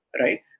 right